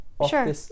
Sure